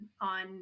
on